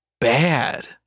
bad